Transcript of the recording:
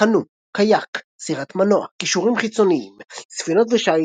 קאנו קיאק סירת מנוע קישורים חיצוניים ספינות ושיט,